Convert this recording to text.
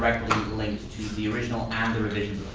linked to the original and the revision